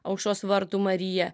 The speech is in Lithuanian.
aušros vartų marija